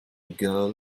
girl